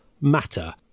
Matter